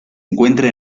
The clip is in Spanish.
encuentra